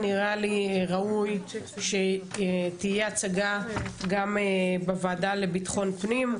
נראה לי ראוי שתהיה הצגה גם בוועדה לביטחון פנים,